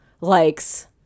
likes